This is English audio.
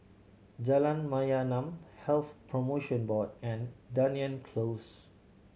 Jalan Mayaanam Health Promotion Board and Dunearn Close